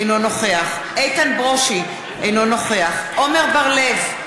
אינו נוכח איתן ברושי, אינו נוכח עמר בר-לב,